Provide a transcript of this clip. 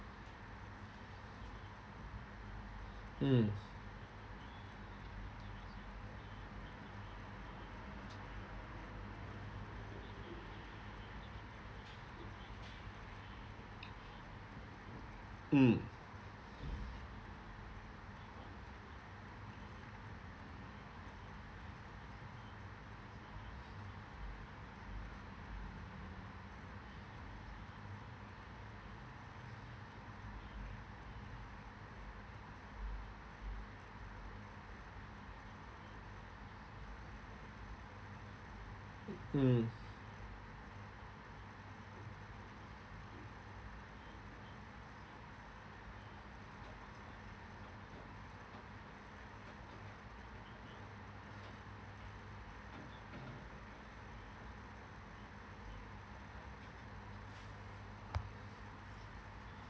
mm mm mm